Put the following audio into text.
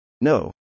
No